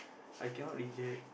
I cannot reject